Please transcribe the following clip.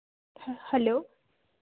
hello